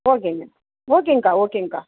ஓகேங்க ஓகேங்கக்கா ஓகேங்கக்கா